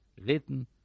written